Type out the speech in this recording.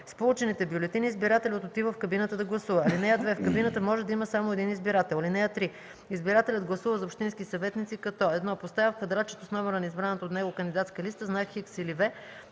С получените бюлетини избирателят отива в кабината да гласува. (2) В кабината може да има само един избирател. (3) Избирателят гласува за общински съветници, като: 1. поставя в квадратчето с номера на избраната от него кандидатска листа знак „Х” или